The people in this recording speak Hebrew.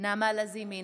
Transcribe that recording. נעמה לזימי,